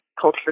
culture